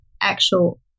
actual